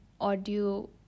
audio